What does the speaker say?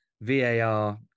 VAR